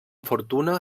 fortuna